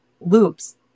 loops